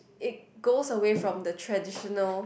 it goes away from the traditional